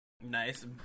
Nice